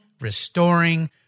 restoring